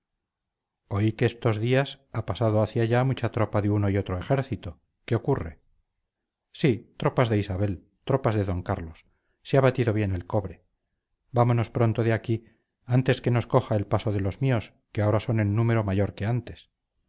oí que estos días ha pasado hacia allá mucha tropa de uno y otro ejército qué ocurre sí tropas de isabel tropas de d carlos se ha batido bien el cobre vámonos pronto de aquí antes que nos coja el paso de los míos que ahora son en número mayor que antes